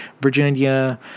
Virginia